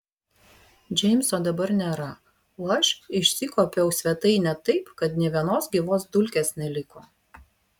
džeimso dabar nėra o aš išsikuopiau svetainę taip kad nė vienos gyvos dulkės neliko